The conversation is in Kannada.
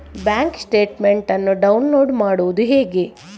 ಬ್ಯಾಂಕ್ ಸ್ಟೇಟ್ಮೆಂಟ್ ಅನ್ನು ಡೌನ್ಲೋಡ್ ಮಾಡುವುದು ಹೇಗೆ?